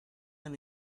and